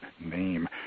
name